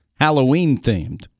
Halloween-themed